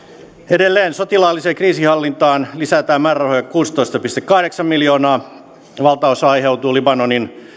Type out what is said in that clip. edelleen sotilaalliseen kriisinhallintaan lisätään määrärahoja kuusitoista pilkku kahdeksan miljoonaa valtaosa aiheutuu libanonin